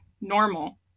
normal